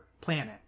planet